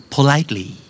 Politely